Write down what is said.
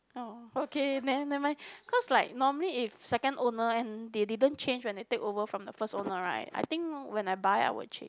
oh okay then never mind cause like normally if second own and they didn't change when they takeover from the first owner right I think when I buy I will change